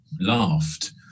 laughed